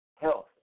health